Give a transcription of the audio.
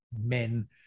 men